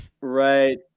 right